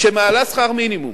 שמעלה שכר מינימום,